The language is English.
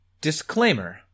Disclaimer